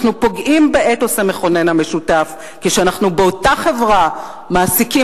אנחנו פוגעים באתוס המכונן המשותף כאשר באותה חברה אנחנו מעסיקים